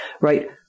Right